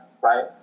right